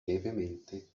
levemente